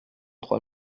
trois